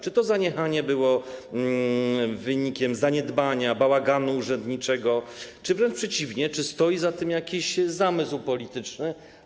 Czy to zaniechanie było wynikiem zaniedbania, bałaganu urzędniczego, czy wręcz przeciwnie, stoi za tym jakiś zamysł polityczny?